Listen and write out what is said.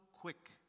quick